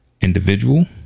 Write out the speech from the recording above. individual